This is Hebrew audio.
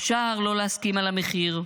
אפשר לא להסכים על המחיר,